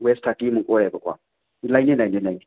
west ꯊꯥꯔꯇꯤꯃꯨꯛ ꯑꯣꯏꯌꯦꯕꯀꯣ ꯂꯩꯅꯤ ꯂꯩꯅꯤ ꯂꯩꯅꯤ